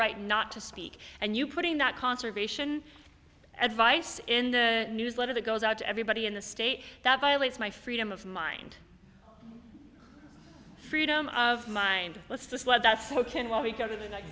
right not to speak and you putting that conservation advice in the newsletter that goes out to everybody in the state that violates my freedom of mind freedom of mind let's just let that soak in while we go to the